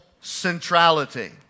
centrality